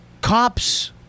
cops